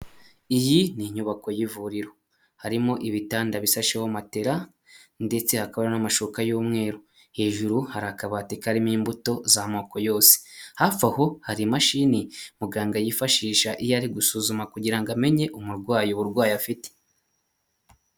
Iyi ni inyubako y'ivuriro, harimo ibitanda bishasheho materara, ndetse hakora n'amashuka y'umweru, hejuru hari akabati karimo imbuto z'amoko yose, hafi aho hari imashini muganga yifashisha iyo ari gusuzuma kugira ngo amenye umurwayi uburwayi afite.